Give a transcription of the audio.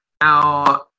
Now